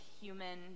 human